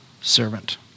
servant